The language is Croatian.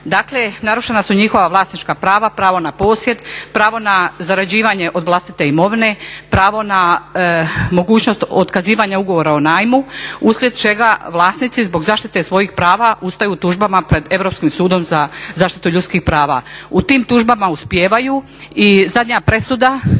Dakle, narušena su njihova vlasnička prava, pravo na posjed, pravo na zarađivanje od vlastite imovine, pravo na mogućnost otkazivanja ugovora o najmu uslijed čega vlasnici zbog zaštite svojih prava ustaju tužbama pred Europskim sudom za zaštitu ljudskih prava. U tim tužbama uspijevaju i zadnja presuda